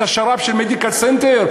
את השר"פ של "מדיקל סנטר",